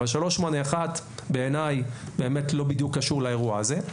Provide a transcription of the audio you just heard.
אבל 3.8.1 בעיניי באמת לא בדיוק קשור לאירוע הזה.